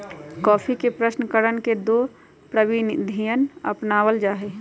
coffee के प्रशन करण के दो प्रविधियन अपनावल जा हई